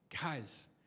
Guys